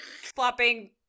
flopping